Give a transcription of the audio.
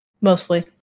Mostly